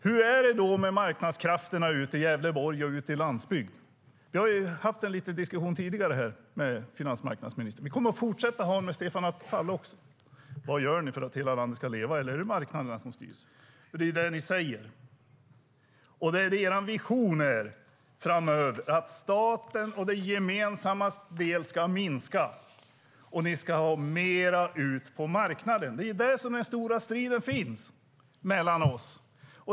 Hur är det med marknadskrafterna i Gävleborg och på den svenska landsbygden? Vi har haft en liten diskussion här med finansmarknadsministern tidigare i dag. Vi kommer snart att ha en med Stefan Attefall också. Vad gör ni för att hela landet ska leva? Eller är det marknaderna som styr? Det är det ni säger. Er vision är framöver att statens och det gemensammas del ska minska. Ni ska ha ut mer på marknaden. Det är där den stora striden sker mellan oss.